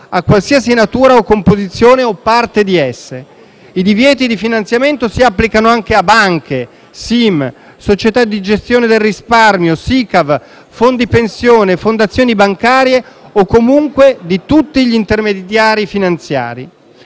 di qualsiasi natura o composizione, o di parti di esse. I divieti di finanziamento si applicano anche a banche, SIM, società di gestione del risparmio, SICAV, fondi pensione, fondazioni bancarie o comunque a tutti gli intermediari finanziari.